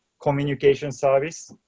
communication service,